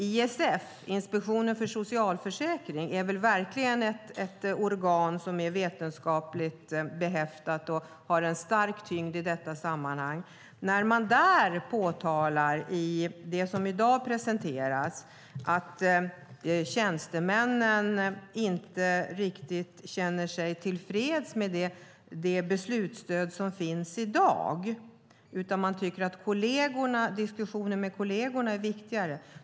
IFS, Inspektionen för socialförsäkringen, som verkligen är ett organ som är vetenskapligt behäftat och har en stark tyngd i detta sammanhang, påtalar i det som i dag presenteras att tjänstemännen inte riktigt känner sig tillfreds med det beslutsstöd som finns i dag. Man tycker att diskussionen med kollegerna är viktigare.